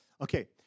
Okay